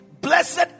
blessed